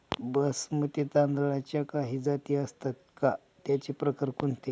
बासमती तांदळाच्या काही जाती असतात का, त्याचे प्रकार कोणते?